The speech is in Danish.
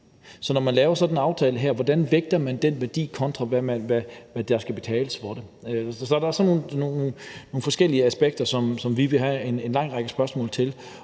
Så når man laver sådan en aftale, hvordan vægter man så den værdi, kontra hvad der skal betales for det? Så der er nogle forskellige aspekter, som vi har en lang række spørgsmål til.